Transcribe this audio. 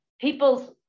people's